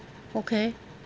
okay